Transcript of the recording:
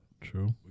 True